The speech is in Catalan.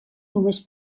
només